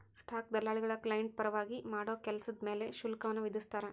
stock ದಲ್ಲಾಳಿಗಳ client ಪರವಾಗಿ ಮಾಡೋ ಕೆಲ್ಸದ್ ಮ್ಯಾಲೆ ಶುಲ್ಕವನ್ನ ವಿಧಿಸ್ತಾರ